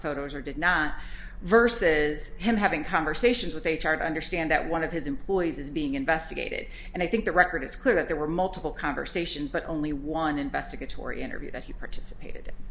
photos or did not versus him having conversations with a chart i understand that one of his employees is being investigated and i think the record is clear that there were multiple conversations but only one investigatory interview that he participated